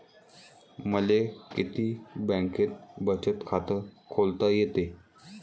मले किती बँकेत बचत खात खोलता येते?